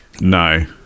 No